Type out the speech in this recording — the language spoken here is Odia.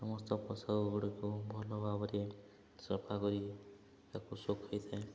ସମସ୍ତ ପୋଷାକ ଗୁଡ଼ିକୁ ଭଲ ଭାବରେ ସଫା କରି ତାକୁ ଶୁଖାଇଥାଏ